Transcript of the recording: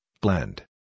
blend